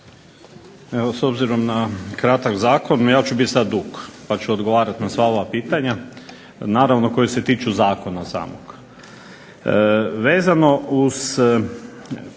s obzirom na kratak zakon, ja ću biti sad dug, pa ću odgovarati na sva ova pitanja, naravno koji se tiču zakona samog.